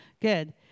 Good